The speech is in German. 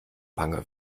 bange